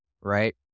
right